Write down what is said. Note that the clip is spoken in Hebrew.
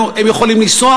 הם יכולים לנסוע